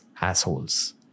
assholes